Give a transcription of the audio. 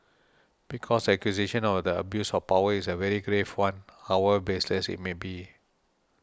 because the accusation of the abuse of power is a very grave one however baseless it may be